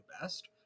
best